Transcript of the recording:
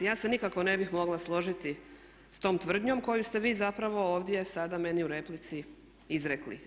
Ja se nikako ne bih mogla složiti sa tom tvrdnjom koju ste vi zapravo ovdje sada meni u replici izrekli.